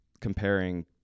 comparing